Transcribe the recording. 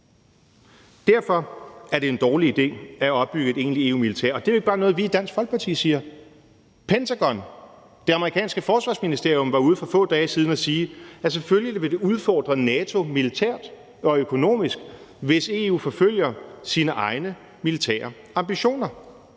Derfor er det en dårlig idé at opbygge et egentligt EU-militær, og det er jo ikke bare noget, vi i Dansk Folkeparti siger. Pentagon, det amerikanske forsvarsministerium, var ude for få dage siden at sige, at selvfølgelig vil det udfordre NATO militært og økonomisk, hvis EU forfølger sine egne militære ambitioner.